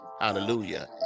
Hallelujah